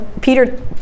Peter